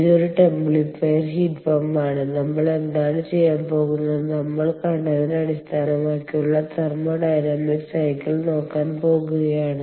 ഇതൊരു ടെംപ്ലിഫയർ ഹീറ്റ് പമ്പാണ് നമ്മൾ എന്താണ് ചെയ്യാൻ പോകുന്നത് നമ്മൾ കണ്ടതിനെ അടിസ്ഥാനമാക്കിയുള്ള തെർമോഡൈനാമിക് സൈക്കിൾ നോക്കാൻ പോകുകയാണ്